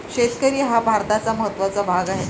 शेतकरी हा भारताचा महत्त्वाचा भाग आहे